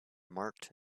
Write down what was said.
marked